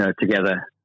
together